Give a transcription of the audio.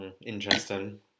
Interesting